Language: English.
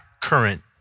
current